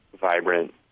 vibrant